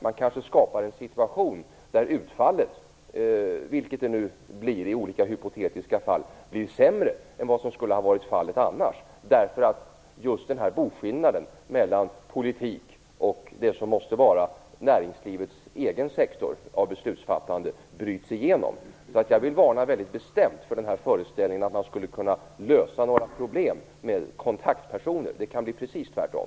Man kanske skapar en situation där utfallet, vilket det nu blir i olika hypotetiska fall, blir sämre än som skulle ha varit fallet annars, därför att just boskillnaden mellan politik och det som måste vara näringslivets egen sektor av beslutsfattande bryts igenom. Jag vill varna mycket bestämt för föreställningen att man skulle kunna lösa några problem med kontaktpersoner. Det kan bli precis tvärtom.